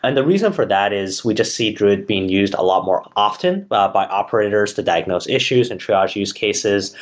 and the reason for that is we just see druid being used a lot more often by by operators to diagnose issues and triage use cases,